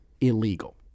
illegal